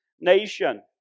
nation